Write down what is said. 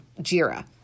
Jira